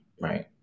Right